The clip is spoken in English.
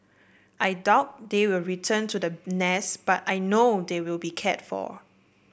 I doubt they will return to the nest but I know they will be cared for